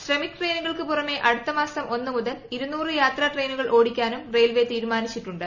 ശ്രമിക് ട്രെയിനുകൾക്ക് പുറമെ അടുത്ത മാസം ഒന്ന് മുതൽ ദ്രാപ്യാത്രാ ട്രെയിനുകൾ ഓടിക്കാനും റെയിൽവേ തീരുമാനിച്ചിട്ടുണ്ട്